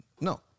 No